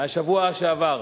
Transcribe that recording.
בשבוע שעבר,